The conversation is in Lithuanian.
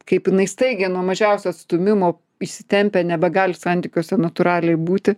kaip jinai staigiai nuo mažiausio atstūmimo įsitempia nebegali santykiuose natūraliai būti